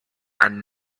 and